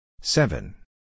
Seven